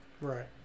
right